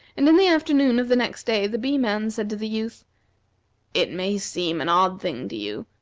and in the afternoon of the next day the bee-man said to the youth it may seem an odd thing to you,